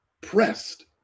pressed